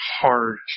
hard